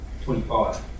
25